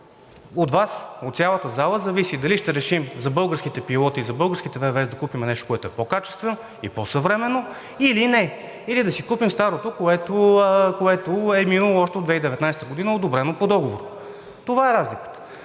От Вас, от цялата зала зависи дали ще решим за българските пилоти, за българските ВВС да купим нещо по-качествено и по-съвременно или не. Или да си купим старото, което е минало още от 2019 г., одобрено по договор – това е разликата.